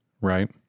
right